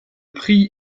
prix